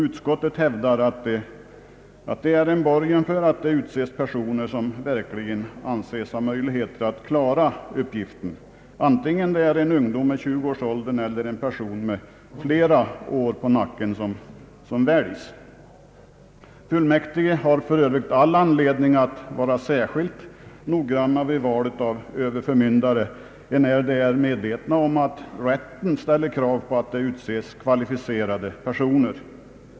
Utskottet hävdar att det är en borgen för att sådana personer utses som anses ha möjligheter att klara uppgiften, oavsett om det är en ungdom vid 20 års ålder eller en person med flera år på nacken. Fullmäktige har för övrigt all anledning att vara särskilt noggranna vid val av överförmyndare enär de är medvetna om att rätten ställer krav på att det utses kvalificerade personer.